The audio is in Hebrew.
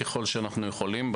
ככל שאנחנו יכולים,